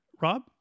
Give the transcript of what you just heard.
Rob